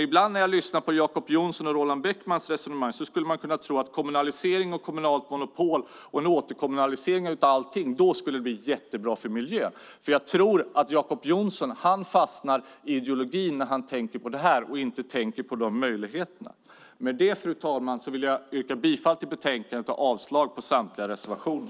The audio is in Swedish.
Ibland när jag lyssnar på Jacob Johnsons och Roland Bäckmans resonemang skulle man kunna tro att kommunalisering, kommunalt monopol och en återkommunalisering av allting skulle vara jättebra för miljön. Jag tror att Jacob Johnson fastnar i ideologi när han tänker på detta. Han tänker inte på möjligheterna. Med detta, fru talman, vill jag yrka bifall till förslaget i betänkandet och avslag på samtliga reservationer.